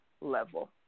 level